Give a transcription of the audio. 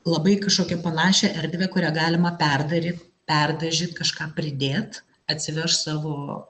labai kažkokią panašią erdvę kurią galima perdaryt perdažyt kažką pridėt atsivežt savo